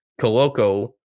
Coloco